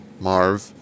Marv